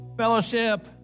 fellowship